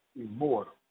Immortal